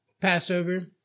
Passover